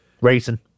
Racing